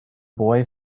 boy